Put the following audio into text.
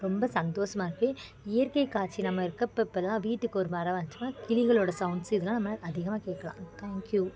ரொம்ப சந்தோசமாக இருக்குது இயற்கைக் காட்சி நம்ம இருக்கப்பப்பலாம் வீட்டுக்கொரு மரம் வச்சோம்னா கிளிகளோடய சவுண்ட்ஸ்ஸு இதெல்லாம் நம்ம அதிகமாக கேட்கலாம் தேங்க்கியூ